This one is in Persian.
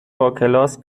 باکلاس